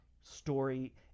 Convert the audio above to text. story